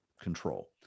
control